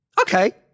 Okay